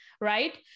right